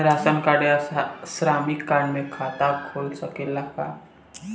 Ration card या श्रमिक card से खाता खुल सकेला का?